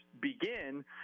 begin